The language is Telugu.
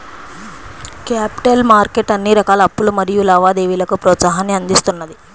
క్యాపిటల్ మార్కెట్ అన్ని రకాల అప్పులు మరియు లావాదేవీలకు ప్రోత్సాహాన్ని అందిస్తున్నది